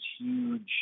huge